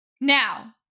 now